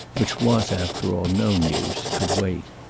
which was after all no news, could wait.